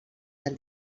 del